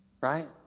right